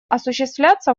осуществляться